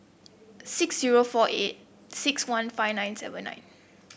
six zero four eight six one five nine seven nine